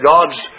God's